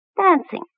Dancing